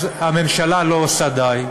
אז הממשלה לא עושה די.